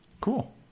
Cool